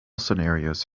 scenarios